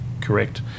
correct